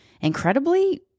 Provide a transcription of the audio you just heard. incredibly